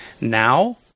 Now